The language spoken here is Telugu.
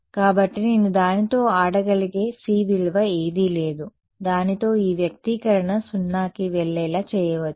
కాబట్టి నేను దానితో ఆడగలిగే c విలువ ఏదీ లేదు దానితో ఈ వ్యక్తీకరణ 0 కి వెళ్లేలా చేయవచ్చు